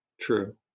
True